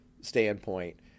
standpoint